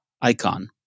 icon